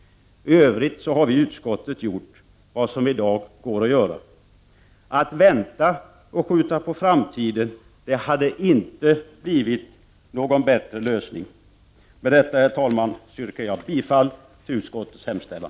I övrigt har vi i utskottet gjort vad som i dag går att göra. Att vänta och skjuta på framtiden hade inte blivit någon bättre lösning. Med detta, herr talman, yrkar jag bifall till utskottets hemställan.